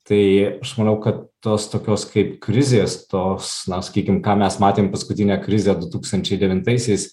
tai aš manau kad tos tokios kaip krizės tos na sakykim ką mes matėm paskutinę krizę du tūkstančiai devintaisiais